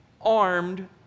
armed